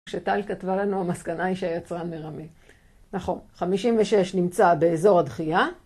כשטל כתבה לנו המסקנה היא שהיצרן מרמה, נכון, 56 נמצא באזור הדחייה